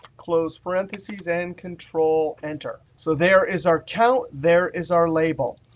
close parentheses and control-enter. so there is our count, there is our label.